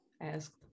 asked